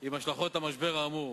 עם השלכות המשבר האמור.